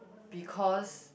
because